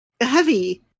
heavy